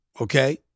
okay